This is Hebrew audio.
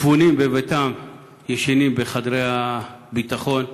ספונים בבתים, ישנים בחדרי הביטחון,